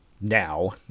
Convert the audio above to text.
now